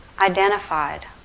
Identified